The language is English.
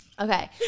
Okay